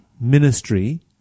ministry